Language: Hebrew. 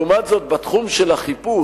לעומת זאת, בתחום של החיפוש,